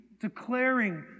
declaring